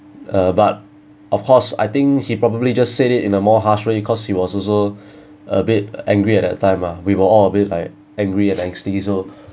uh but of course I think he probably just said it in a more harsh way because he was also a bit angry at that time lah we were all a bit like angry and angsty so